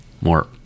more